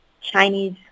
Chinese